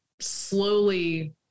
slowly